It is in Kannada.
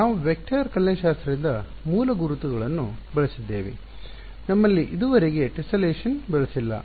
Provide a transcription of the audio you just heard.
ನಾವು ವೆಕ್ಟರ್ ಕಲನಶಾಸ್ತ್ರದಿಂದ ಮೂಲ ಗುರುತುಗಳನ್ನು ಬಳಸಿದ್ದೇವೆ ನಮ್ಮಲ್ಲಿ ಇದುವರೆಗೆ ಟೆಸ್ಸೆಲೇಷನ್ ಬಳಸಿಲ್ಲ